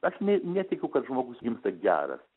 aš ne netikiu kad žmogus gimsta geras